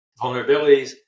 vulnerabilities